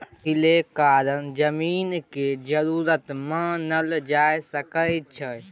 पहिल कारण जमीनक जरूरत मानल जा सकइ छै